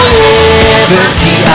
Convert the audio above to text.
liberty